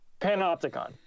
Panopticon